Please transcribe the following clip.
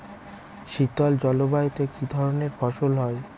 শীতল জলবায়ুতে কি ধরনের ফসল হয়?